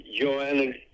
Joanne